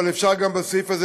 אבל אפשר גם לסעיף הזה,